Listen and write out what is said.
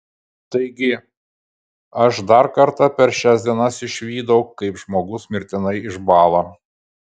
taigi aš dar kartą per šias dienas išvydau kaip žmogus mirtinai išbąla